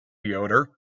yoder